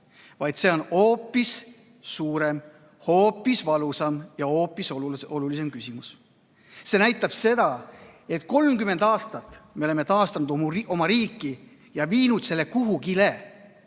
vaid see on hoopis suurem, hoopis valusam ja hoopis olulisem küsimus. See näitab seda, et 30 aastat me oleme taastanud oma riiki ja viinud selle kuhugi,